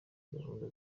gahunda